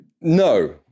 no